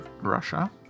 Russia